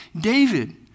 David